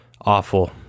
awful